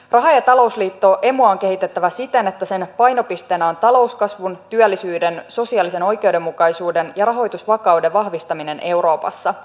raha ja talousliitto emua on kehitettävä siten että sen painopisteenä on talouskasvun työllisyyden sosiaalisen oikeudenmukaisuuden ja rahoitusvakauden vahvistaminen euroopassa